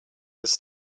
this